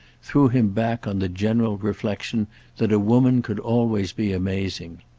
threw him back on the general reflexion that a woman could always be amazing.